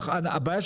הבעיה,